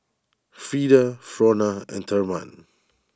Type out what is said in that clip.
Freeda Frona and therman